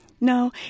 No